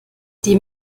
die